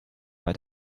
bei